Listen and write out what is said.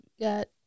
got